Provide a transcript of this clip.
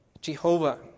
Jehovah